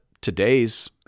today's